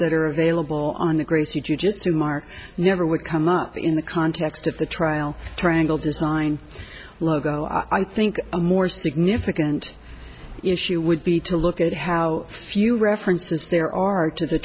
that are available on the gracie jujitsu mark never would come up in the context of the trial triangle design logo i think a more significant issue would be to look at how few references there are to the